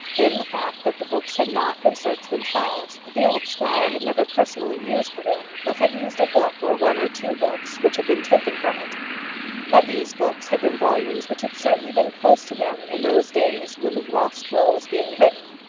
then the fact that the books had not been searched themselves, that the old squire had never personally used the room, but had used a book or one or two books which had been taken from it that these books had been volumes which had certainly been close to him in those days when the lost will was being written.